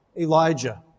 Elijah